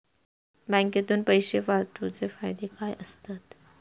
बँकेतून पैशे पाठवूचे फायदे काय असतत?